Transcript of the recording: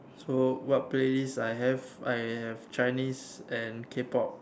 so what playlist I have I have Chinese and K-pop